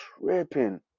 tripping